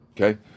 Okay